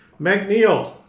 McNeil